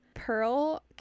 Pearl